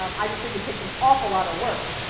um i just think it takes an awful lot of work,